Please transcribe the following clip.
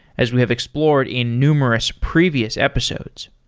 as we have explored in numerous previous episodes.